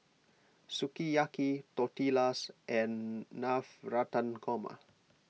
Sukiyaki Tortillas and Navratan Korma